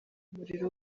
umuriro